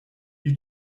you